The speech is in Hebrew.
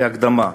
כהקדמה: